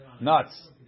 nuts